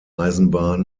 eisenbahn